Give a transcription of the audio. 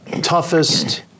toughest